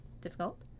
difficult